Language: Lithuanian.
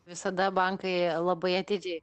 visada bankai labai atidžiai